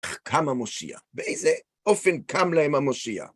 איך קם המושיע? באיזה אופן קם להם המושיע?